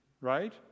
right